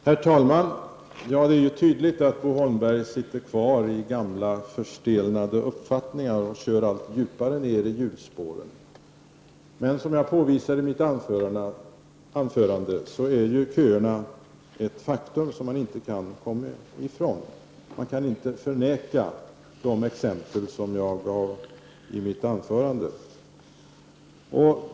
Herr talman! Det är tydligt att Bo Holmberg sitter kvar i gamla förstelnade uppfattningar och kör allt djupare ner i hjulspåren. Men, köerna är, som jag påvisade i mitt anförande, ett faktum som man inte kan komma ifrån. Man kan inte förneka de exempel som jag gav.